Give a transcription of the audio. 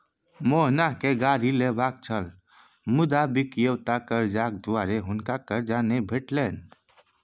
मोहनकेँ गाड़ी लेबाक छल मुदा बकिऔता करजाक दुआरे हुनका करजा नहि भेटल